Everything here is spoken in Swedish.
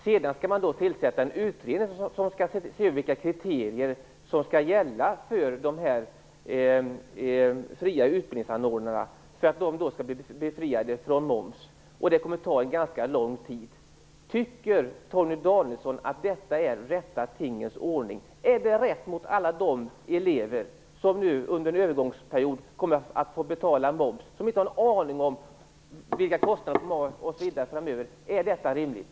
Sedan skall man tillsätta en utredning som skall se över frågan om vilka kriterier som skall gälla för att de fria utbildningsanordnarna skall bli befriade från moms. Det kommer att ta ganska lång tid. Tycker Torgny Danielsson att detta är tingens rätta ordning? Är det rätt mot alla de elever som under en övergångsperiod kommer att få betala moms och som inte har en aning om vilka kostnaderna blir framöver? Är detta rimligt?